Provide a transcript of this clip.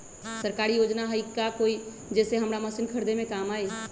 सरकारी योजना हई का कोइ जे से हमरा मशीन खरीदे में काम आई?